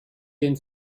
den